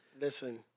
Listen